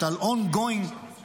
על ongoing trauma,